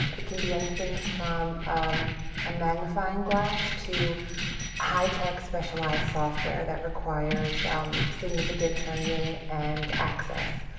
it can be anything from um a magnifying glass to high-tech specialized software that requires um significant training and access.